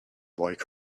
like